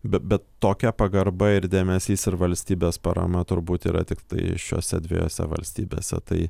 be bet tokia pagarba ir dėmesys ir valstybės parama turbūt yra tiktai šiose dviejose valstybėse tai